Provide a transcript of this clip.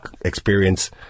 experience